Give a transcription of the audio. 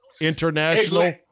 International